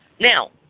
Now